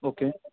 okay